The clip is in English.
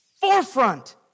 forefront